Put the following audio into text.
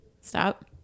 stop